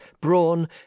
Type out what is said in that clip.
brawn